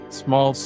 small